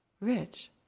rich